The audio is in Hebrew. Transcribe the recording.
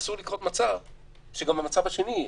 אסור לקרות מצב שגם המצב השני,